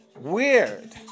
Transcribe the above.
Weird